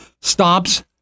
stops